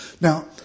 Now